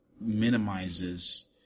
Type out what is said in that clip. minimizes